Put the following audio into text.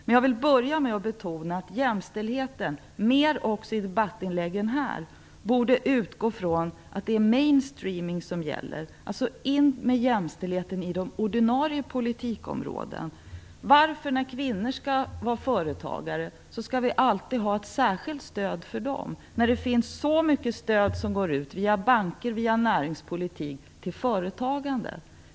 Jag vill börja med att betona att jämställdheten - och det gäller också debattinläggen här i kammaren - mer borde utgå från att det är "mainstreaming" som gäller, dvs. att jämställdheten skall in på de ordinarie politikområdena. Varför skall vi när det gäller kvinnliga företagare alltid ha ett särskilt stöd för dem, när så mycket stöd går ut till företagande i allmänhet via banker och näringspolitik?